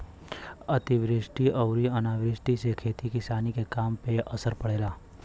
अतिवृष्टि अउरी अनावृष्टि से खेती किसानी के काम पे असर पड़ेला